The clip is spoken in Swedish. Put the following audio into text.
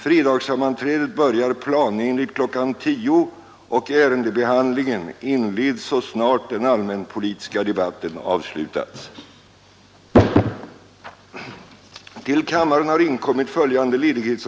Fredagssammanträdet börjar planenligt kl. 10.00 och ärendebehandlingen inleds så snart den allmänpolitiska debatten avslutats.